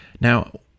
Now